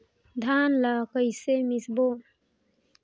धान ला कइसे मिसबो?